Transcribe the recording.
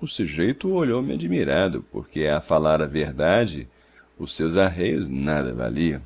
o sujeito olhou-me admirado porque a falar a verdade os seus arreios nada valiam